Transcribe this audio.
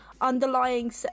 underlying